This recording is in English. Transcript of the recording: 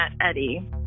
Eddie